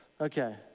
Okay